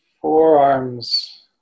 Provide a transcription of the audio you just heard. forearms